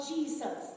Jesus